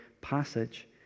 passage